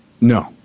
No